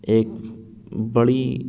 ایک بڑی